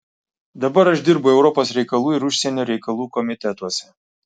dabar aš dirbu europos reikalų ir užsienio reikalų komitetuose